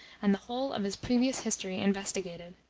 and the whole of his previous history investigated.